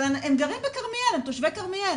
אבל הם גרים בכרמיאל, הם תושבי כרמיאל.